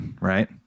right